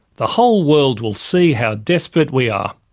the whole world will see how desperate we are.